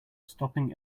stopping